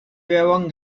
veuen